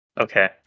Okay